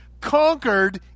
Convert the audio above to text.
conquered